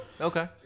Okay